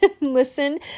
listen